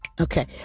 Okay